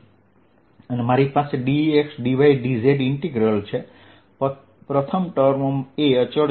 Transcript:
અને મારી પાસે dxdydz ઇન્ટિગલ છેપ્રથમ ટર્મ એ અચળ છે